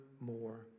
more